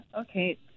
okay